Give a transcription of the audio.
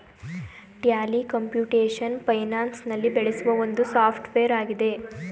Tally computation finance ನಲ್ಲಿ ಬೆಳೆಸುವ ಒಂದು ಸಾಫ್ಟ್ವೇರ್ ಆಗಿದೆ